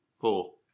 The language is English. Four